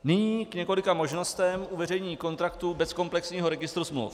Nyní k několika možnostem uveřejnění kontraktu bez komplexního registru smluv.